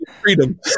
freedom